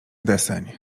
deseń